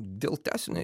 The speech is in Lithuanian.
dėl tęsinio